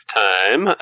time